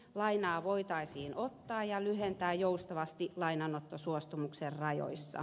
lainaa voitaisiin ottaa ja lyhentää joustavasti lainanottosuostumuksen rajoissa